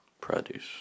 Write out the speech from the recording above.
produce